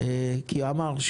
כי הוא אמר,